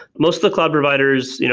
most of the cloud providers, you know